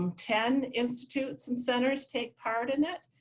um ten institutes and centers take part in it.